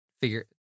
figure